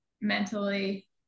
mentally